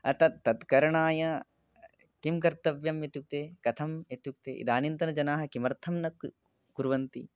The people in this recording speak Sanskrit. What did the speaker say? अतः तत् करणाय किं कर्तव्यम् इत्युक्ते कथम् इत्युक्ते इदानींतनजनाः किमर्थं न किं कुर्वन्ति